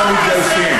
על המתגייסים.